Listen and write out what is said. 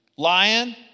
Lion